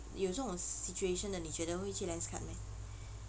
有这种 situation 的你觉得会去 Lenskart meh